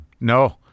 No